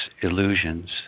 illusions